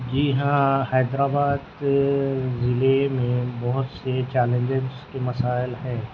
جی ہاں حیدر آباد ضلعے میں بہت سے چیلنجز کے مسائل ہیں